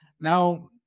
Now